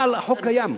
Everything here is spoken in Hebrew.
אבל החוק קיים,